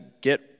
get